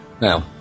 Now